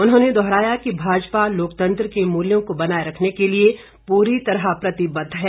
उन्होंने दोहराया कि भाजपा लोकतंत्र के मूल्यों को बनाये रखने के लिए पूरी तरह प्रतिबद्ध है